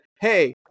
Hey